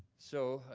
so,